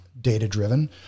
data-driven